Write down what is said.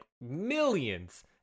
millions